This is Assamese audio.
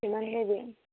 কিমানকৈ দিয়ে